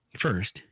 First